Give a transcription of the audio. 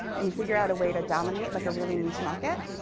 and you figure out a way to dominate like a really niche market,